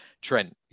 Trent